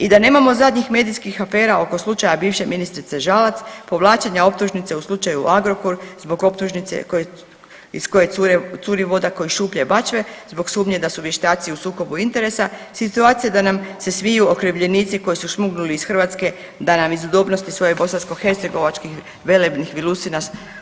I da nemamo zadnjih medijskih afera oko slučaja bivše ministrice Žalac, povlačenja optužnice u slučaju Agrokor zbog optužnice iz koje cure, curi voda ko iz šuplje bačve zbog sumnje da su vještaci u sukobi interesa, situacija da nam se smiju okrivljenici koji su šmugnuli iz Hrvatske da nam iz udobnosti svoje bosansko-hercegovačkih velebnih vilusina